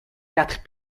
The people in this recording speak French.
quatre